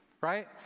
right